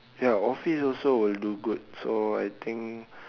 ya office also will do good so I think